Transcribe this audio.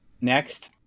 next